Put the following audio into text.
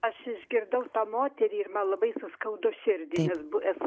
aš išgirdau tą moterį ir man labai suskaudo širdį nes esu